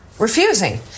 refusing